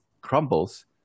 crumbles